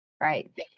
right